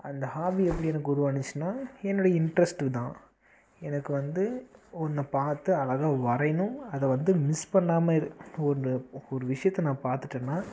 அந்த ஹாபி எப்படி எனக்கு உருவாணுச்சுனா என்னுடைய இன்ட்ரெஸ்ட்டுக்கு தான் எனக்கு வந்து ஒன்றை பார்த்து அழகா வரையணும் அதை வந்து மிஸ் பண்ணாமல் இரு ஒன்று ஒரு விஷயத்த நான் பார்த்துட்டேன்னா